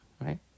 right